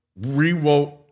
rewrote